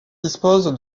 dispose